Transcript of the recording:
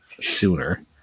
sooner